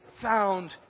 found